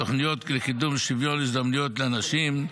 תוכניות לקידום שוויון הזדמנויות לנשים,